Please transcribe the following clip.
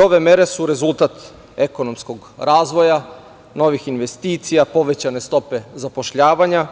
Ove mere su rezultat ekonomskog razvoja, novih investicija, povećane stope zapošljavanja,